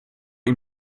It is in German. ihr